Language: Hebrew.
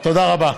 תודה רבה.